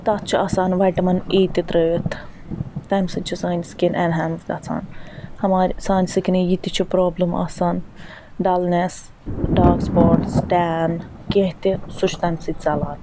تتھ چھُ آسان وایٹَمن اےٚ تہِ ترٛٲوِتھ تَمہِ سۭتۍ چھِ سٲنۍ سِکن ایٚنہانس گَژھان ہمارے سانہِ سِکنٕچ یہِ تہِ چھِ پرٛابلم آسان dullness dark spots tan کیٚنٛہہ تہِ سُہ چھُ تَمہِ سۭتۍ ژَلان